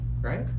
right